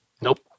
nope